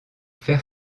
fer